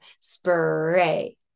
SPRAY